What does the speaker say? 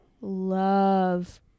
love